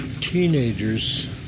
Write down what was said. teenagers